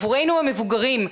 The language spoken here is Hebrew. עבורנו המבוגרים,